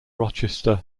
rochester